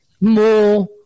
more